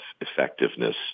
effectiveness